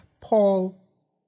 Paul